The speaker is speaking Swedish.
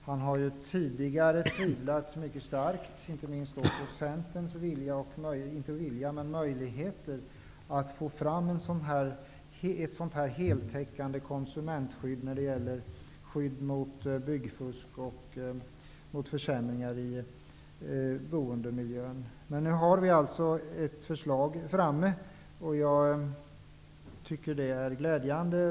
Han har tidigare tvivlat mycket starkt inte minst på Centerns möjligheter att få fram ett heltäckande konsumentskydd mot byggfusk och mot försämringar i boendemiljön. Men nu har vi alltså ett förslag framme och jag tycker att det är glädjande.